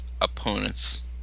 opponent's